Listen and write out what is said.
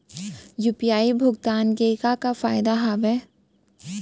UPI भुगतान के का का फायदा हावे?